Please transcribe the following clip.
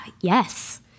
yes